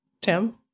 Tim